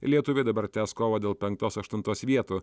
lietuviai dabar tęs kovą dėl penktos aštuntos vietų